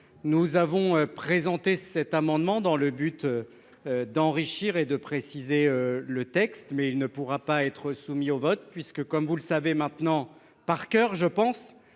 Nous avons présenté cet amendement dans le but d'enrichir et de préciser le texte. Cependant, il ne pourra être soumis au vote puisque, comme vous le savez maintenant par coeur, ...